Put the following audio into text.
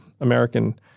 American